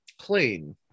clean